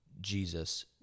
Jesus